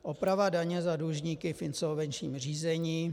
Oprava daně za dlužníky v insolvenčním řízení.